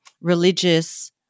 religious